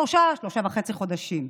שלושה, שלושה וחצי חודשים.